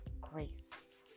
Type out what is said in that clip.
Grace